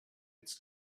its